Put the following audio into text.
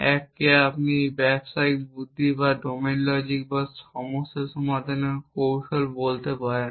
1 কে আপনি ব্যবসায়িক যুক্তি বা ডোমেন লজিক বা সমস্যা সমাধানের কৌশল বলতে পারেন